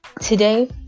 today